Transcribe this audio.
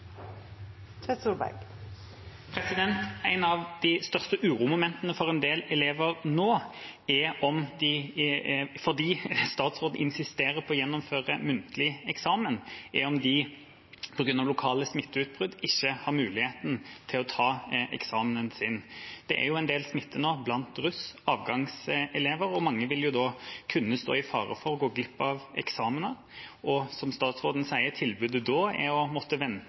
om de – fordi statsråden insisterer på å gjennomføre muntlig eksamen – på grunn av lokale smitteutbrudd ikke har mulighet til å ta eksamen. Det er jo nå en del smitte blant russ, avgangselever, og mange vil da kunne stå i fare for å gå glipp av eksamen. Som statsråden sier, er tilbudet da å måtte